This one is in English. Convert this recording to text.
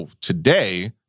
today